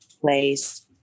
place